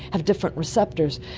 have different receptors,